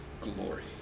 glory